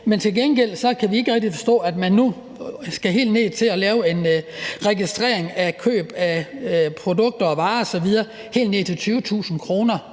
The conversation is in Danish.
Men til gengæld kan vi ikke rigtig forstå, at man nu skal helt ned til at lave en registrering af køb af produkter og varer osv. på 20.000 kr.